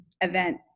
event